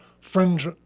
fringe